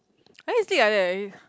I need to sleep like that at least